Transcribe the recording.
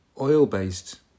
oil-based